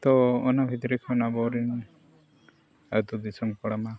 ᱛᱚ ᱚᱱᱟ ᱵᱷᱤᱛᱨᱤ ᱠᱷᱚᱱ ᱟᱵᱚᱨᱮᱱ ᱟᱹᱛᱩ ᱫᱤᱥᱚᱢ ᱠᱚᱲᱟᱢᱟ